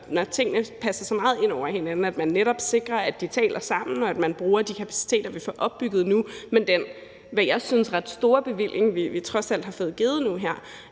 når tingene passer sammen og går så meget ind over hinanden, at man netop sikrer, at de taler sammen, og at man bruger de kapaciteter, vi får opbygget nu, med den, synes jeg, ret store bevilling, vi trods alt har fået givet nu her.